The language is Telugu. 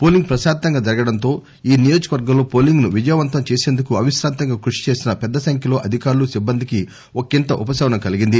పోలింగ్ ప్రశాంతంగా జరగడంతో ఈ నియోజకవర్గంలో పోలింగ్ ను విజయవంతం చేసేందుకు అవిశ్రాంతంగా కృషి చేసిన పెద్ద సంఖ్యలో అధికారులు సిబ్బందికి ఒక్కింత ఉపశమనం కలిగింది